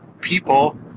people